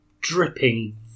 dripping